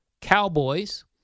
Cowboys